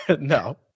No